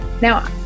Now